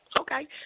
Okay